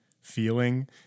feeling